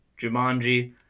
Jumanji